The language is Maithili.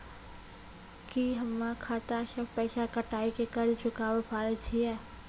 की हम्मय खाता से पैसा कटाई के कर्ज चुकाबै पारे छियै?